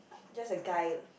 just a guy